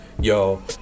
yo